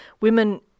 women